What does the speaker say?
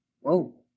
Whoa